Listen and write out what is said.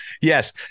Yes